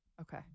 Okay